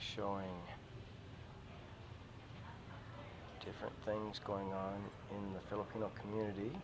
showing different things going on within the filipino community